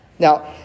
Now